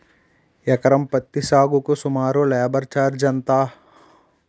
ఎకరం పత్తి సాగుకు సుమారు లేబర్ ఛార్జ్ ఎంత?